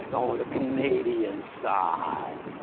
and um on the canadian side,